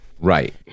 Right